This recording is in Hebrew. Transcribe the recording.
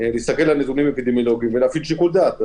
להסתכל על נתונים אפידמיולוגיים ולהפעיל שיקול דעת.